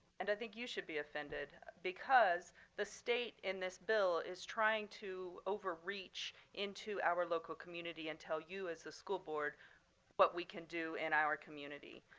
and i think you should be offended because the state in this bill is trying to overreach into our local community and tell you as a school board what we can do our community.